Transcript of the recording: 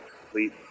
complete